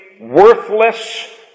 worthless